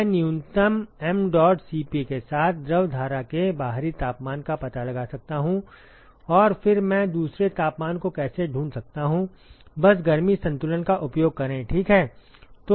मैं न्यूनतम mdot Cp के साथ द्रव धारा के बाहरी तापमान का पता लगा सकता हूं और फिर मैं दूसरे तापमान को कैसे ढूंढ सकता हूं बस गर्मी संतुलन का उपयोग करें ठीक है